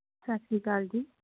ਸਤਿ ਸ਼੍ਰੀ ਅਕਾਲ ਜੀ